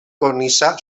cornisa